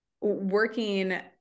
working